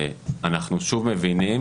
אנחנו מבינים